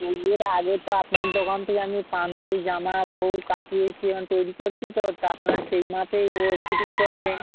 তো এর আগে তো আপনার দোকান থেকে আমি পাঞ্জাবি জামা বহু কাটিয়েছি এবং তৈরি করেছি তো তা আপনারা সেই মাপেই ও ফিটিং করবেন